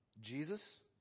Jesus